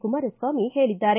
ಕುಮಾರಸ್ವಾಮಿ ಹೇಳಿದ್ದಾರೆ